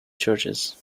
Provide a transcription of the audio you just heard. churches